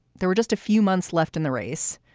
there were just a few months left in the race,